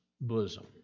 bosom